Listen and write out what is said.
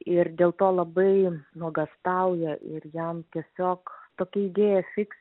ir dėl to labai nuogąstauja ir jam tiesiog tokia idėja fiks